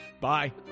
Bye